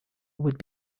would